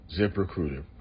ZipRecruiter